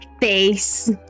Face